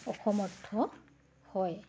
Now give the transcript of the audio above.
অসমৰ্থ হয়